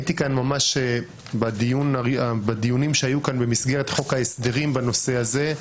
הייתי כאן ממש בדיונים שהיו כאן במסגרת חוק ההסדרים בנושא הזה,